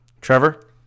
Trevor